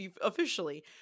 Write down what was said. officially